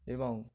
এবং